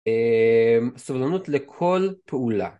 אמ... סבלנות לכל פעולה.